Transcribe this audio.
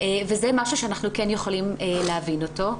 וזה משהו שאנחנו כן יכולים להבין אותו.